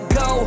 go